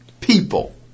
people